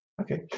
Okay